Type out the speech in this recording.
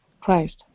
Christ